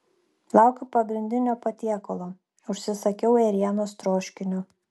laukiu pagrindinio patiekalo užsisakiau ėrienos troškinio